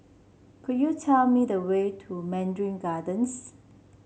could you tell me the way to Mandarin Gardens